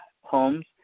homes